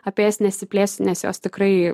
apie jas nesiplėsiu nes jos tikrai